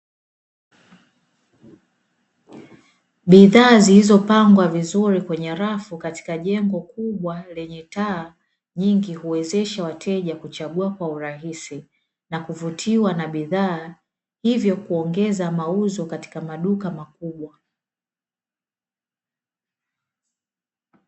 Bidhaa zilizopangwa vizuri kwenye rafu katika jengo kubwa lenye taa nyingi huwezesha wateja kuchagua kwa urahisi na kuvutiwa na bidhaa hivyo kuongeza mauzo katika maduka makubwa.